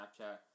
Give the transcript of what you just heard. Snapchat